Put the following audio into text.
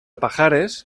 pajares